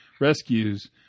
rescues